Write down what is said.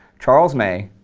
charles may,